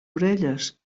orelles